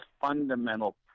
fundamental